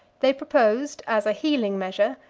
they proposed, as a healing measure,